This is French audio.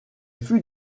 fut